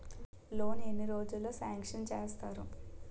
Loan ఎన్ని రోజుల్లో sanction చేస్తారు?